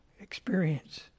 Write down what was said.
experience